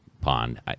pond